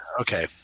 Okay